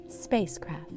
spacecraft